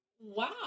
Wow